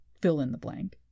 fill-in-the-blank